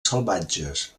salvatges